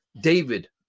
David